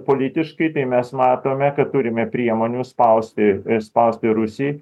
politiškai tai mes matome kad turime priemonių spausti spausti rusijai